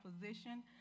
position